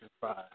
five